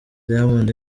diamond